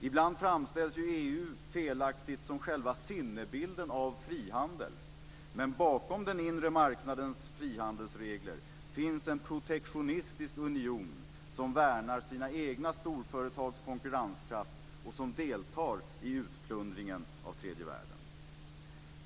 Ibland framställs EU felaktigt som själva sinnebilden av frihandel, men bakom den inre marknadens frihandelsregler finns en protektionistisk union som värnar sina egna storföretags konkurrenskraft och som deltar i utplundringen av tredje världen.